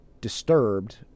disturbed